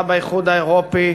ה"חיזבאללה" באיחוד האירופי,